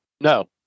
No